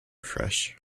fresh